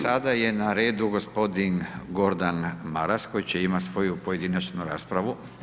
Sada je na redu gospodin Gordan Maras koji će imati svoju pojedinačnu raspravu.